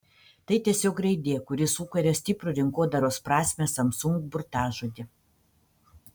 tai tiesiog raidė kuri sukuria stiprų rinkodaros prasme samsung burtažodį